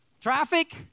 traffic